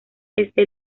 este